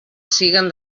siguen